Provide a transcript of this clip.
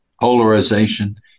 polarization